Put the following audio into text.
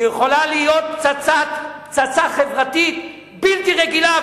שיכולה להיות פצצה חברתית בלתי רגילה.